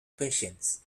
patients